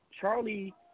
Charlie